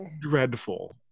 dreadful